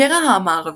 הקרע המערבי,